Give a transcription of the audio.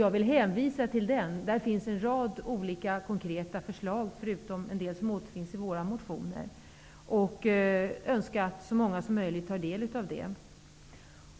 Jag vill hänvisa till den. Där finns en rad olika konkreta förslag, förutom en del som återfinns i vår motion. Jag önskar att så många som möjligt tar del av detta.